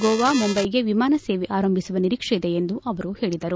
ಗೋವಾ ಮುಂಬೈಗೆ ವಿಮಾನ ಸೇವೆ ಆರಂಭಿಸುವ ನಿರೀಕ್ಷೆ ಇದೆ ಎಂದು ಅವರು ಹೇಳಿದರು